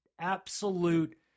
absolute